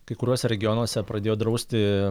kai kuriuose regionuose pradėjo drausti